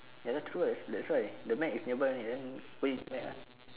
ya lah true lah that's that's why the Mac is nearby only then wait Mac